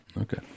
Okay